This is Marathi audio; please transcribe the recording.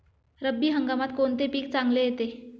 रब्बी हंगामात कोणते पीक चांगले येते?